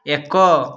ଏକ